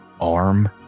arm